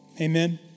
Amen